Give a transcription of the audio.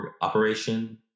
operation